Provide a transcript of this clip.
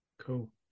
Cool